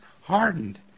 hardened